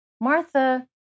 Martha